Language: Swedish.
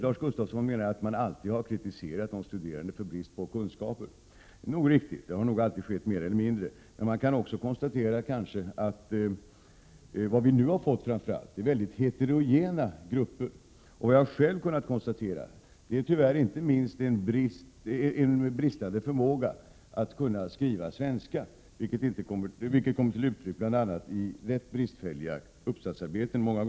Lars Gustafsson menar att man alltid har kritiserat de studerande för deras brist på kunskaper, och det är nog riktigt. Så har nog alltid skett, i större eller mindre utsträckning. Men man kan också konstatera att vi framför allt har fått väldigt heterogena grupper. Jag har själv kunnat konstatera att det, tyvärr, inte minst är fråga om en bristande förmåga att skriva svenska, vilket kommer till uttryck bl.a. i uppsatsarbeten som många gånger är rätt bristfälliga.